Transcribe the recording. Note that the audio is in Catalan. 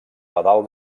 pedal